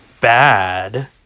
bad